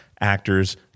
actors